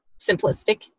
simplistic